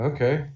Okay